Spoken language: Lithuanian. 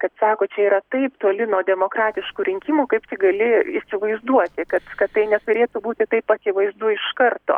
kad sako čia yra taip toli nuo demokratiškų rinkimų kaip tik gali įsivaizduoti kad kad tai neturėtų būti taip akivaizdu iš karto